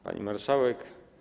Pani Marszałek!